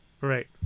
Right